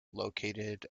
located